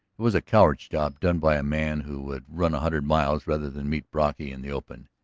was a coward's job done by a man who would run a hundred miles rather than meet brocky in the open.